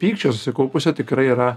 pykčio susikaupusio tikrai yra